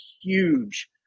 huge